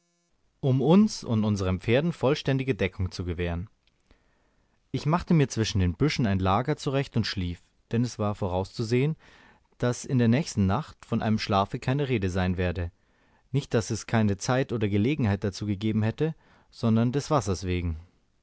um uns und unsern pferden vollständige deckung zu gewähren ich machte mir zwischen den büschen ein lager zurecht und schlief denn es war vorauszusehen daß in der nächsten nacht von einem schlafe keine rede sein werde nicht daß es keine zeit oder gelegenheit dazu gegeben hätte sondern des wassers wegen